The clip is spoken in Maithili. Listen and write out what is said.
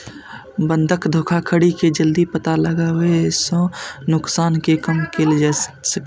बंधक धोखाधड़ी के जल्दी पता लगाबै सं नुकसान कें कम कैल जा सकै छै